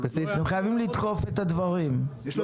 אתם חייבים לדחוף את הדברים.